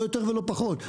לא יותר ולא פחות,